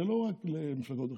זה לא רק במפלגות אחרות,